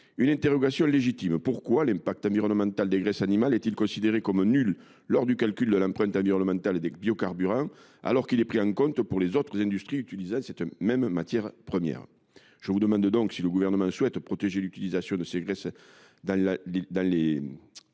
cette question légitime : pourquoi l’impact environnemental des graisses animales est il considéré comme nul dans le calcul de l’empreinte environnementale des biocarburants, alors qu’il est pris en compte pour les autres industries utilisant cette même matière première ? Le Gouvernement souhaite t il protéger l’utilisation de ces graisses dans les